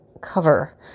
cover